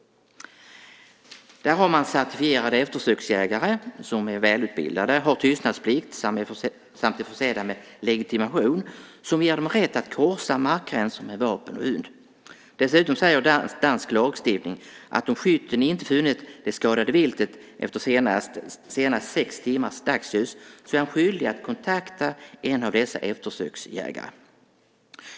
Där har man certifierade eftersöksjägare som är välutbildade, har tystnadsplikt samt är försedda med legitimation som ger dem rätt att korsa markgränser med vapen och hund. Dessutom säger dansk lagstiftning att om skytten inte funnit det skadade viltet efter senast sex timmars dagsljus är han skyldig att kontakta en av dessa eftersöksjägare.